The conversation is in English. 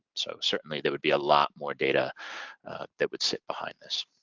so certainly there would be a lot more data that would sit behind this.